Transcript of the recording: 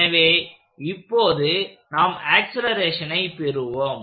எனவே இப்போது நாம் ஆக்சலேரேஷனை பெறுவோம்